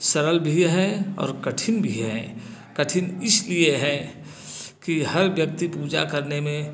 सरल भी है और कठिन भी है कठिन इसलिए है कि हर व्यक्ति पूजा करने में